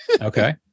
Okay